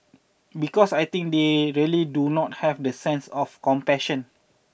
because I think they really do not have that sense of compassion